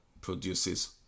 produces